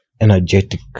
Energetic